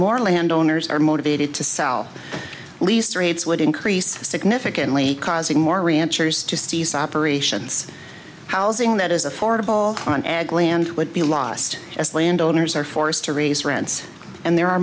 more land owners are motivated to sell least rates would increase significantly causing more ranchers to cease operations housing that is affordable on ag land would be lost as land owners are forced to raise rents and there are